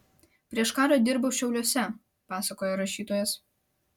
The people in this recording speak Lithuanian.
prieš karą dirbau šiauliuose pasakoja rašytojas